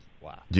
Wow